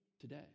today